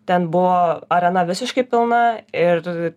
ten buvo arena visiškai pilna ir